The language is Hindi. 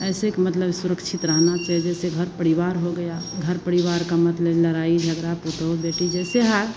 ऐसे कि मतलब ये सुरक्षित रहना चाहिए जैसे घर परिवार हो गया घर परिवार का मतलब लड़ाई झगड़ा पतोहू बेटी जैसे है